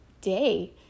day